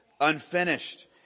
unfinished